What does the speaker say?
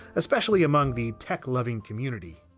especially among the tech-loving community.